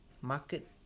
market